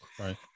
Right